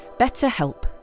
BetterHelp